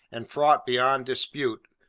and fraught, beyond dispute,